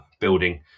building